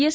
S